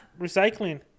recycling